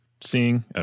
seeing